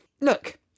look